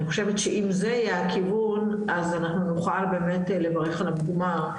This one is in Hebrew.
חושבת שאם זה יהיה הכיוון אז אנחנו נוכל באמת לברך על המוגמר,